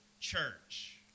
church